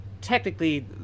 Technically